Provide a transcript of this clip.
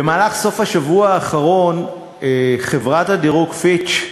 במהלך סוף השבוע האחרון חברת דירוג האשראי "פיץ'"